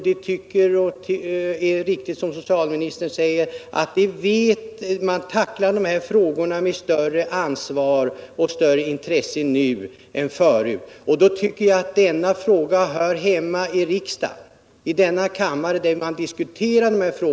Det är riktigt som socialministern säger, att man nu tacklar de här frågorna med större ansvar och större intresse än tidigare. Jag tycker att dessa frågor hör hemma i riksdagen och att vi bör kunna diskutera dem i kammaren.